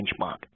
benchmark